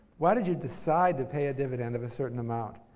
why did you decide to pay a dividend of a certain amount?